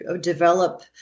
develop